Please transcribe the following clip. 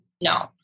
no